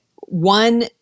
one